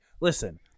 Listen